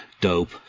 dope